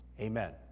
Amen